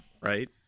Right